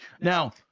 Now—